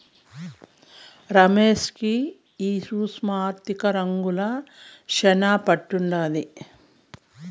రమేష్ కి ఈ సూక్ష్మ ఆర్థిక రంగంల శానా పట్టుండాది